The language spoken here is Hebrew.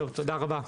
זהו, תודה רבה.